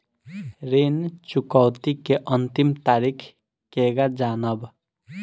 ऋण चुकौती के अंतिम तारीख केगा जानब?